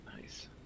Nice